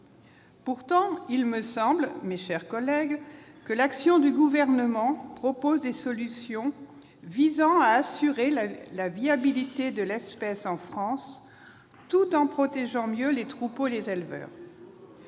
Pourtant, il me semble que l'action du Gouvernement propose des solutions visant à assurer la viabilité de l'espèce en France tout en protégeant mieux les troupeaux et les éleveurs.